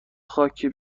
خاکی